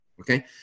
Okay